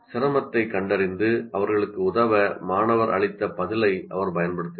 சிரமத்தைக் கண்டறிந்து அவர்களுக்கு உதவ மாணவர் அளித்த பதிலை அவர் பயன்படுத்துகிறார்